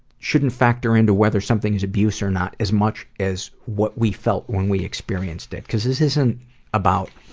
shouldn't factor into whether something was abuse or not, as much as what we felt when we experienced it. because this isn't about